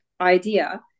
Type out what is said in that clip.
idea